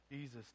Jesus